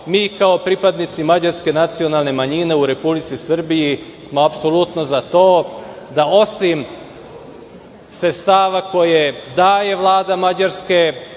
mi kao pripadnici mađarske nacionalne manjine u Republici Srbiji smo apsolutno za to da osim sredstava koje daje Vlada Mađarske,